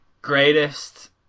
greatest